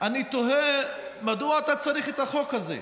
אני תוהה מדוע אתה צריך את החוק הזה.